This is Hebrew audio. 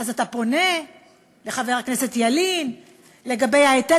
אז אתה פונה לחבר הכנסת ילין לגבי ההיטל